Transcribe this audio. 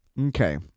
Okay